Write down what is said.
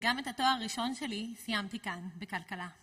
גם את התואר הראשון שלי סיימתי כאן, בכלכלה.